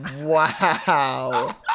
Wow